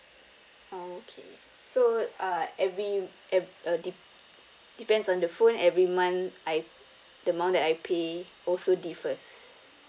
oh okay so uh every ev~ uh dep~ depends on the phone every month I the amount that I pay also differs